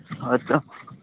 ᱦᱳᱭ ᱛᱚ